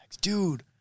Dude